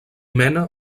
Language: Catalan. mena